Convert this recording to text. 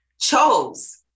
chose